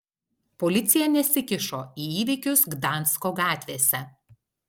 policija nesikišo į įvykius gdansko gatvėse